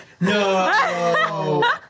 No